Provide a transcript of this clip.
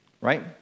right